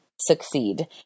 succeed